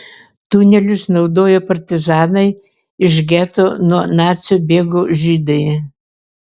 tunelius naudojo partizanai iš geto nuo nacių bėgo žydai